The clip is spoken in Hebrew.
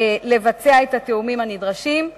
לבצע את התיאומים הנדרשים.